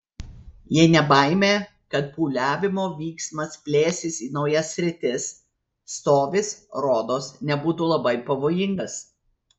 jei ne baimė kad pūliavimo vyksmas plėsis į naujas sritis stovis rodos nebūtų labai pavojingas